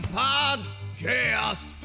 podcast